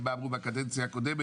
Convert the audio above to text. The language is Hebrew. ורואים מה אמרו בקדנציה הקודמת.